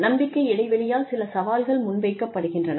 நம்பிக்கை இடைவெளியால் சில சவால்கள் முன்வைக்கப்படுகின்றன